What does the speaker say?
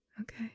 Okay